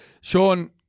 Sean